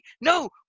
No